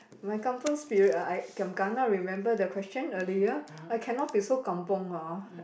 my kampung spirit ah giam kana remember the question earlier I cannot be so kampung ah